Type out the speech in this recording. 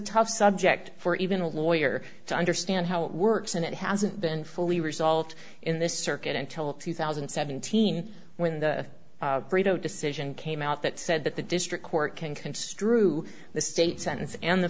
tough subject for even a lawyer to understand how it works and it hasn't been fully resolved in this circuit until two thousand and seventeen when the decision came out that said that the district court can construe the state sentence and the